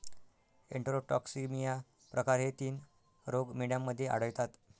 enterotoxaemia प्रकार हे तीन रोग मेंढ्यांमध्ये आढळतात